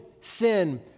sin